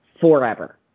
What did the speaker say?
forever